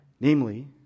Namely